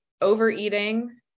overeating